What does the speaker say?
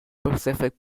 pacific